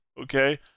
Okay